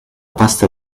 pasta